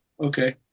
Okay